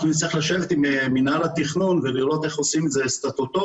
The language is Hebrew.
אנחנו נצטרך לשבת עם מינהל התכנון ולראות איך עושים את זה סטטוטורית.